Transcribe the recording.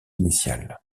initial